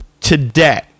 today